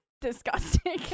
disgusting